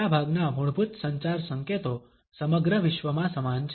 મોટાભાગના મૂળભૂત સંચાર સંકેતો સમગ્ર વિશ્વમાં સમાન છે